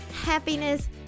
happiness